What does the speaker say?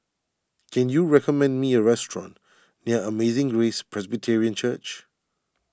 can you recommend me a restaurant near Amazing Grace Presbyterian Church